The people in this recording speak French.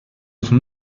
son